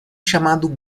chamado